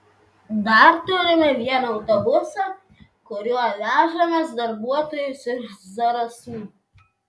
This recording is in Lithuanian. dar turime vieną autobusą kuriuo vežamės darbuotojus iš zarasų